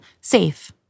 safe